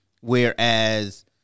Whereas